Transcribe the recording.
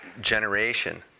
generation